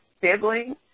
siblings